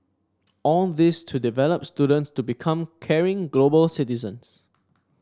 all this to develop students to become caring global citizens